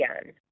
again